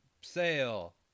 sale